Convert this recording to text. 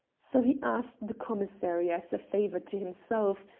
so he asked the commissary, as a favour to himself,